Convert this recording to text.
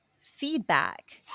feedback